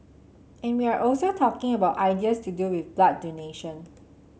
and we are also talking about ideas to do with blood donation